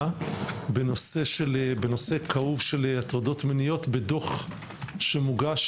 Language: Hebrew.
בנושא כאוב של הטרדות מיניות בדוח שמוגש,